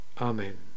Amen